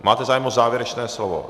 Máte zájem o závěrečné slovo.